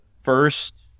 first